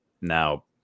Now